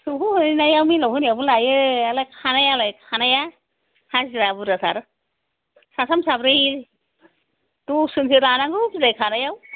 सौहोहैनाया मिल आव होनायावबो लायो आरो खानायालाय खानाया हाजिरा बुरजाथार साथाम साब्रै दसज'नसो लानांगौ बिलाइ खानायाव